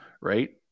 right